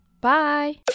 Bye